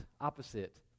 opposite